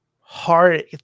hard